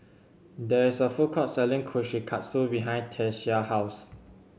there is a food court selling Kushikatsu behind Tyesha house